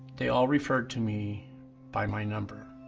they all referred to me by my number.